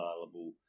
available